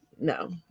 no